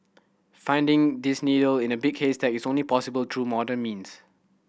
finding this needle in a big haystack is only possible through modern means